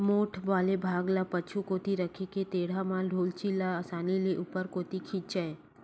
मोठ वाले भाग ल पाछू कोती रखे के टेंड़ा म डोल्ची ल असानी ले ऊपर कोती खिंचय